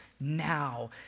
now